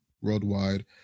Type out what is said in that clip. worldwide